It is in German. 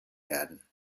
werden